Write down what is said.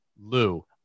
Lou